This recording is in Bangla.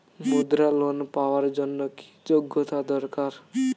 মুদ্রা লোন পাওয়ার জন্য কি যোগ্যতা দরকার?